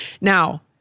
Now